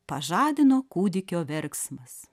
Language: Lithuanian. pažadino kūdikio verksmas